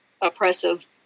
oppressive